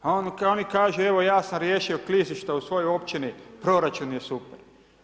A oni kažu evo ja sam riješio klizišta u svojoj općini, proračun je super.